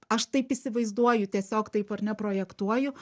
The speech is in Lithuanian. aš taip įsivaizduoju tiesiog taip ar ne projektuoju